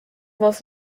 was